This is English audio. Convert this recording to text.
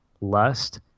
lust